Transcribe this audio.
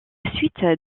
suite